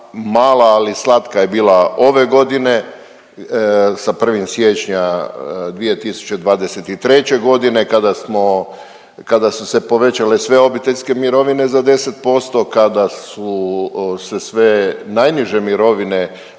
mala, ali slatka je bila ove godine sa 1. siječnja 2023.g. kada smo, kada su se povećale sve obiteljske mirovine za 10%, kada su se sve najniže mirovine